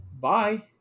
bye